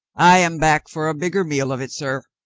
i am back for a bigger meal of it, sir.